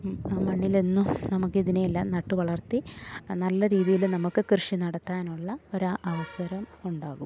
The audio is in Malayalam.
മണ്ണിലെന്നും നമുക്കിതിനെയെല്ലാം നട്ട് വളർത്തി നല്ല രീതിയിൽ നമുക്ക് കൃഷി നടത്താനുള്ള ഒര അവസരം ഉണ്ടാകും